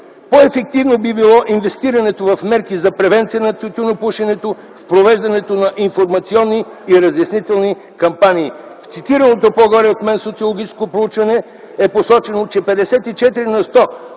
По-ефективно би било инвестирането в мерки за превенция на тютюнопушенето, в провеждането на информационни и разяснителни кампании. В цитираното от мен по-горе социологическо проучване е посочено, че 54% от